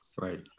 Right